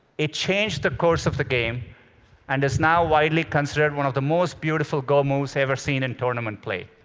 it changed the course of the game and is now widely considered one of the most beautiful go moves ever seen in tournament play.